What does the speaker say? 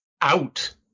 out